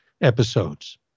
episodes